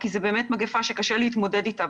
כי זה באמת מגפה שקשה להתמודד איתה,